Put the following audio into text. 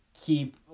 keep